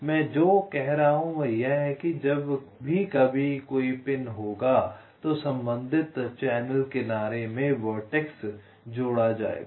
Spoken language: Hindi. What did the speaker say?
मैं जो कह रहा हूं वह यह है कि जब भी कोई पिन होगा तो संबंधित चैनल किनारे में वर्टेक्स जोड़ा जाएगा